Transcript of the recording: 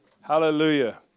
Hallelujah